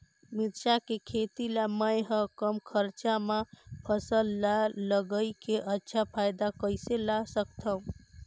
मिरचा के खेती ला मै ह कम खरचा मा फसल ला लगई के अच्छा फायदा कइसे ला सकथव?